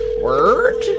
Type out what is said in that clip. Word